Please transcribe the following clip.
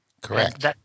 Correct